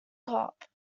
cop